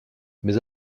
mais